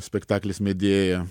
spektaklis medėja